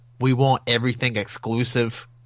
we-want-everything-exclusive